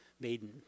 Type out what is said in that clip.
maiden